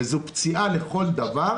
וזו פציעה לכל דבר